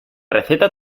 receta